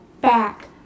back